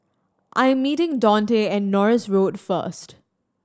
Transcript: I am meeting Daunte at Norris Road first